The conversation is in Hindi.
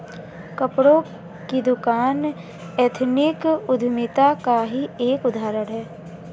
कपड़ों की दुकान एथनिक उद्यमिता का ही एक उदाहरण है